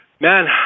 Man